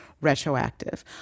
retroactive